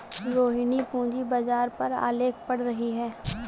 रोहिणी पूंजी बाजार पर आलेख पढ़ रही है